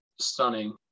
stunning